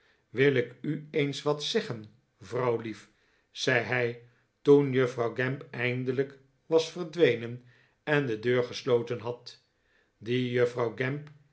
wil ik u eens wat zeggen vrouwlief zei hij toen juffrouw gamp eindelijk was verdwenen en de deur gesloten had die juffrouw gamp